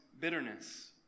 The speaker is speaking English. bitterness